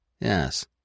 Yes